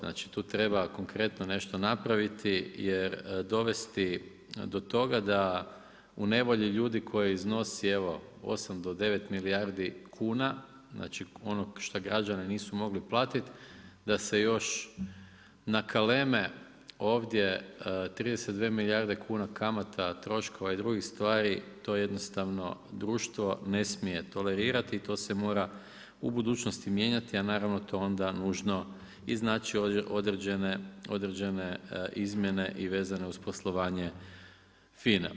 Znači tu treba konkretno nešto napraviti, jer dovesti do toga da u nevolji ljudi koji iznosi evo 8 do 9 milijardi kuna, znači onog što građani nisu mogli platiti da se još nakaleme ovdje 32 milijarde kuna kamata, troškova i drugih stvari to jednostavno društvo ne smije tolerirati i to se mora u budućnosti mijenjati, a naravno to onda nužno i znači određene izmjene i vezane uz poslovanje FINA-e.